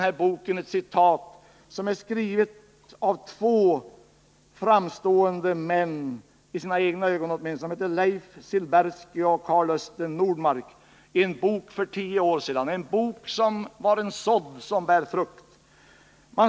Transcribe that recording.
I boken citeras två framstående män — framstående i sina egna ögon åtminstone — nämligen Leif Silbersky och Carlösten Nordmark. De skrev en bok för tio år sedan, en bok med en sådd som bar frukt.